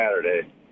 Saturday